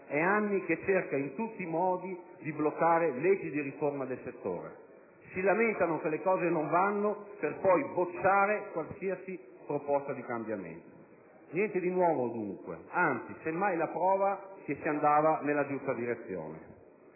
da anni che cerca in tutti i modi di bloccare leggi di riforma del settore. Si lamentano che le cose non vanno, per poi bocciare qualsiasi proposta di cambiamento. Niente di nuovo, dunque, anzi semmai la prova che si andava nella giusta direzione.